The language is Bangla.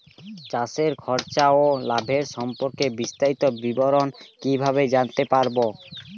চাষে খরচ ও লাভের সম্পর্কে বিস্তারিত বিবরণ কিভাবে জানতে পারব?